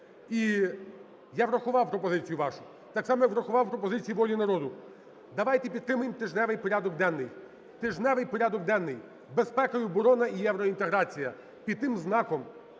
І я врахував пропозицію вашу так само, як врахував пропозиції "Волі народу". Давайте підтримаємо тижневий порядок денний, тижневий порядок денний: безпека і оборона, і євроінтеграція під тим знаком.